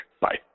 Bye